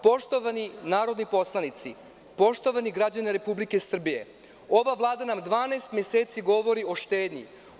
Poštovani narodni poslanici, poštovani građani Republike Srbije, ova Vlada nam 12 meseci govori o štednji.